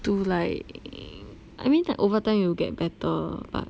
to like I mean like overtime you will get better but